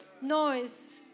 noise